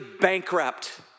bankrupt